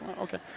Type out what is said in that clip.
okay